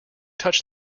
touch